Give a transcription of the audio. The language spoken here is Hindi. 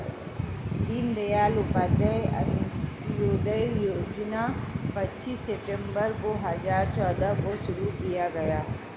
दीन दयाल उपाध्याय अंत्योदय योजना पच्चीस सितम्बर दो हजार चौदह को शुरू किया गया